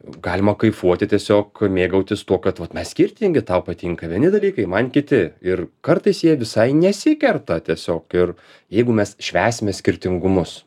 galima kaifuoti tiesiog mėgautis tuo kad vat mes skirtingi tau patinka vieni dalykai man kiti ir kartais jie visai nesikerta tiesiog ir jeigu mes švęsime skirtingumus